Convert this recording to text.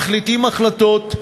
מחליטים החלטות,